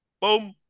boom